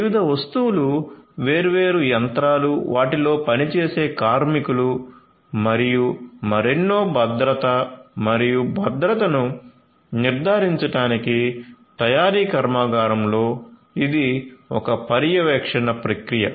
వివిధ వస్తువులు వేర్వేరు యంత్రాలు వాటిలో పనిచేసే కార్మికులు మరియు మరెన్నో భద్రత మరియు భద్రతను నిర్ధారించడానికి తయారీ కర్మాగారంలో ఇది ఒక పర్యవేక్షణ ప్రక్రియ